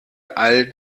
all